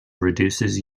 reduces